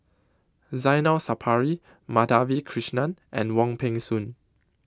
Zainal Sapari Madhavi Krishnan and Wong Peng Soon